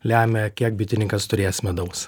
lemia kiek bitininkas turės medaus